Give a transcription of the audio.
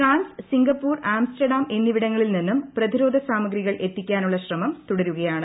France Singapore Amsterdam എന്നിവിടങ്ങളിൽ നിന്നും പ്രതിരോധ സാമഗ്രികൾ എത്തിക്കാനുള്ളി ശ്രമം തുടരുകയാണ്